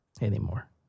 anymore